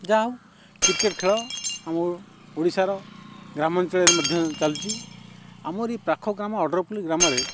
ଯାହଉ କ୍ରିକେଟ୍ ଖେଳ ଆମର ଓଡ଼ିଶାର ଗ୍ରାମାଞ୍ଚଳରେ ମଧ୍ୟ ଚାଲିଛି ଆମରି ପାଖ ଗ୍ରାମ ଅଡ଼ରପୁଲି ଗ୍ରାମରେ